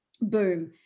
Boom